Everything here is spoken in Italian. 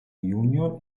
junior